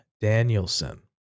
Danielson